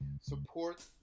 support